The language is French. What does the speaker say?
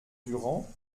durand